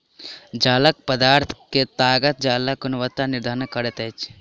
जालक पदार्थ के ताकत जालक गुणवत्ता निर्धारित करैत अछि